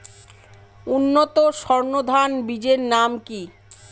উন্নত সর্ন ধান বীজের নাম কি?